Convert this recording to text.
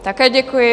Také děkuji.